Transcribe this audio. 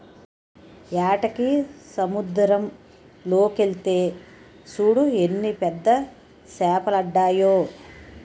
ఏటకి సముద్దరం లోకెల్తే సూడు ఎన్ని పెద్ద సేపలడ్డాయో